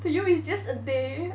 to you is just a day